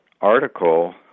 article